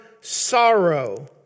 sorrow